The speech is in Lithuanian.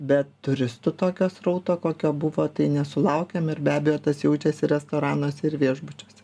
bet turistų tokio srauto kokio buvo tai nesulaukėm ir be abejo tas jaučiasi restoranuose ir viešbučiuose